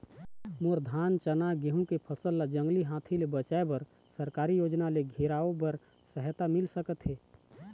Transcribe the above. मोर धान चना गेहूं के फसल ला जंगली हाथी ले बचाए बर सरकारी योजना ले घेराओ बर सहायता मिल सका थे?